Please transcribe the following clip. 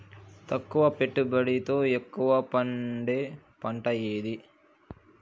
తక్కువ పెట్టుబడితో ఎక్కువగా పండే పంట ఏది?